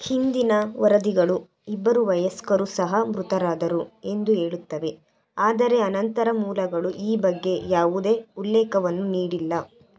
ಹಿಂದಿನ ವರದಿಗಳು ಇಬ್ಬರು ವಯಸ್ಕರೂ ಸಹ ಮೃತರಾದರು ಎಂದು ಹೇಳುತ್ತವೆ ಆದರೆ ಅನಂತರ ಮೂಲಗಳು ಈ ಬಗ್ಗೆ ಯಾವುದೇ ಉಲ್ಲೇಖವನ್ನು ನೀಡಿಲ್ಲ